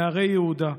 מהרי יהודה.